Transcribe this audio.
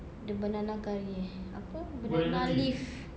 the banana curry eh apa banana leaf